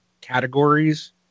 categories